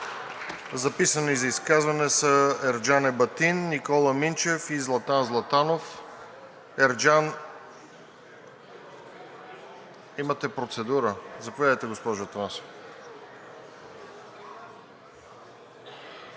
Записани за изказване са Ерджан Ебатин, Никола Минчев и Златан Златанов. Имате процедура? Заповядайте, госпожо Атанасова.